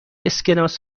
اسکناس